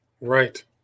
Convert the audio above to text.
right